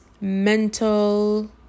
mental